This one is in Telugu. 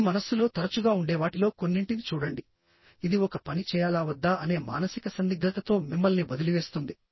మీ మనస్సులో తరచుగా ఉండే వాటిలో కొన్నింటిని చూడండి ఇది ఒక పని చేయాలా వద్దా అనే మానసిక సందిగ్ధతతో మిమ్మల్ని వదిలివేస్తుంది